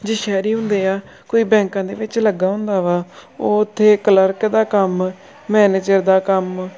ਜੇ ਸ਼ਹਿਰੀ ਹੁੰਦੇ ਆ ਕੋਈ ਬੈਂਕਾਂ ਦੇ ਵਿੱਚ ਲੱਗਾ ਹੁੰਦਾ ਵਾ ਉਹ ਉੱਥੇ ਕਲਰਕ ਦਾ ਕੰਮ ਮੈਨੇਜਰ ਦਾ ਕੰਮ